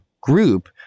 group